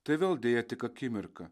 tai vėl deja tik akimirka